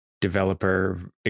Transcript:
developer